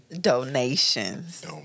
Donations